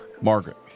Margaret